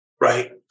right